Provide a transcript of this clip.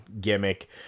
gimmick